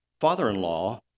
father-in-law